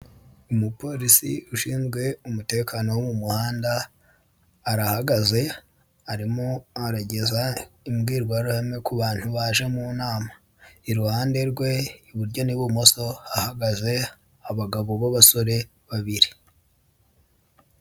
Umupolisi ushinzwe umutekano wo mu muhanda, arahagaze arimo arageza imbwirwaruhame ku bantu baje mu nama. Iruhande rwe iburyo n'ibumoso hahagaze abagabo b'abasore babiri.